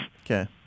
Okay